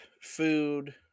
food